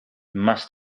must